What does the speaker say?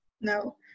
No